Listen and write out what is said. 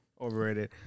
overrated